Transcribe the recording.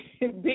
big